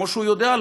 כמו שהוא יודע,